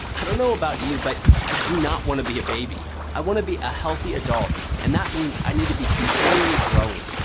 i don't know about you, but i do not want to be a baby. i wanna be a healthy adult and that means i need to be continually growing,